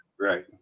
right